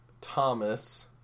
Thomas